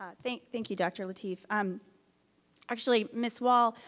ah thank thank you, dr. lateef. um actually ms. wall.